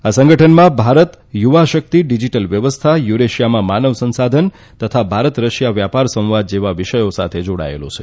આ સંગઠનમાં ભારત યુવા શકિત ડીજીટલ વ્યવસ્થા યુરેશિયામાં માનવ સંશાધન તથા ભારત રશિયા વ્યાપાર સંવાદ જેવા વિષયોમાં જાડાયેલો છે